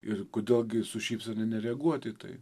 ir kodėl gi su šypsena nereaguoti į tai